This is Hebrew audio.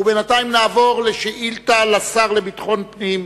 ובינתיים נעבור לשאילתא לשר לביטחון פנים.